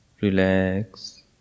Relax